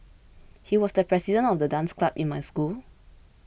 he was the president of the dance club in my school